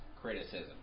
criticism